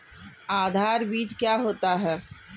आधार बीज क्या होता है?